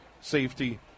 safety